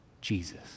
Jesus